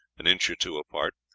an inch or two apart,